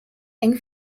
eng